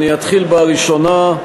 אני אתחיל בראשונה.